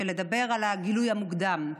ולדבר על הגילוי המוקדם.